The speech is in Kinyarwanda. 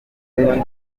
benshi